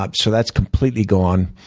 ah so that's completely gone.